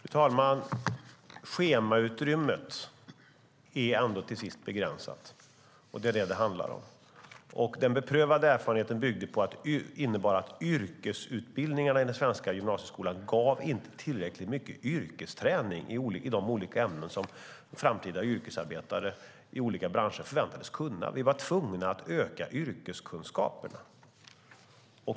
Fru talman! Schemautrymmet är ändå till sist begränsat. Det är vad det handlar om. Den beprövade erfarenheten visade att yrkesutbildningarna i den svenska gymnasieskolan inte gav tillräckligt mycket yrkesträning i de olika ämnen som framtida yrkesarbetare i olika branscher förväntades ha. Vi var tvungna att öka yrkeskunskaperna.